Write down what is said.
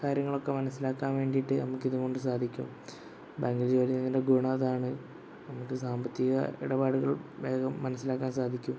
കാര്യങ്ങളൊക്കെ മനസ്സിലാക്കാൻ വേണ്ടിയിട്ട് നമുക്ക് ഇത് കൊണ്ട് സാധിക്കും ബാങ്കില് ജോലി ചെയ്യുന്നതിന്റെ ഗുണം അതാണ് നമുക്ക് സാമ്പത്തിക ഇടപാടുകൾ വേഗം മനസ്സിലാക്കാൻ സാധിക്കും